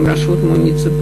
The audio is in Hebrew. עם הרשות המוניציפלית,